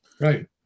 Right